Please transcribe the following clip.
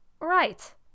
Right